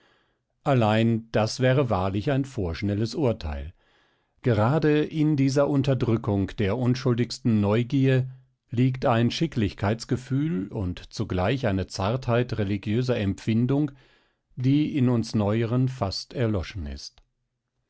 allein das wäre wahrlich ein vorschnelles urteil gerade in dieser unterdrückung der unschuldigsten neugier liegt ein schicklichkeitsgefühl und zugleich eine zartheit religiöser empfindung die in uns neueren fast erloschen ist